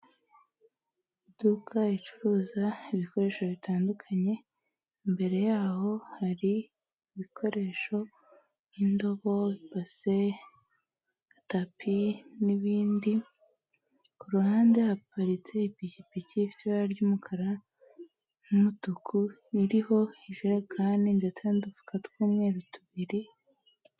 Iduka ricuruza ibikoresho bitandukanye, imbere yaho hari ibikoresho nk'indobo, ibase, tapi, n'ibindi kuruhande. Haparitse ipikipiki ifite ibara ry'umukara n'umutuku, ririho jerekani ndetse n'udufuka tw'umweru tubiri.